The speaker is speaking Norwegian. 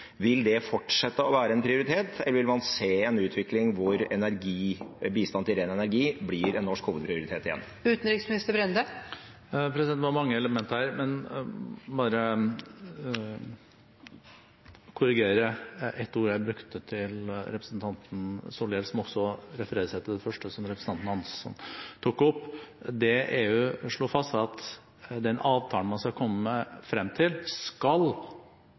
fortsette å være en prioritet, eller vil man se en utvikling hvor bistand til ren energi igjen blir en norsk hovedprioritet? Det var mange elementer her. Jeg ønsker bare først å korrigere et ord jeg brukte i svaret til representanten Solhjell, som også refererer seg til det første som representanten Hansson tok opp: Det EU slo fast, var at den avtalen man skal komme frem til,